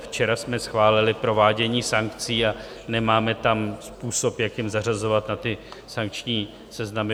Včera jsme schválili provádění sankcí a nemáme tam způsob, jakým zařazovat na ty sankční seznamy.